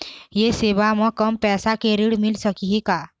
ये सेवा म कम पैसा के ऋण मिल सकही का?